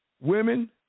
women